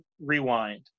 rewind